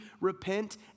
repent